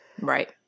Right